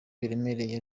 biremereye